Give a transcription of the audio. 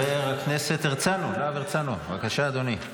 תודה רבה.